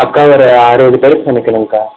அக்கா ஒரு அறுபது பேருக்கு சமைக்கணுங்கக்கா